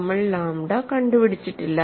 നമ്മൾ ലാംഡ കണ്ടുപിടിച്ചിട്ടില്ല